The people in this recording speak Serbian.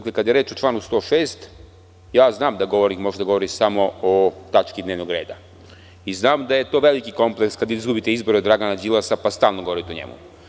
Kada je reč o članu 106, znam da govornik može da govori samo o tački dnevnog reda i znam da je to veliki kompleks kada izgubite izbore od Dragana Đilasa, pa stalno govorite o njemu.